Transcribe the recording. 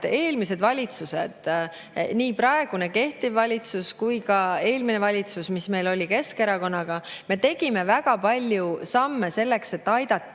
eelmised valitsused, nii praegune, [tööd jätkav] valitsus kui ka eelmine valitsus, mis meil oli Keskerakonnaga, tegid väga palju samme selleks, et aidata